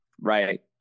Right